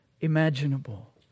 imaginable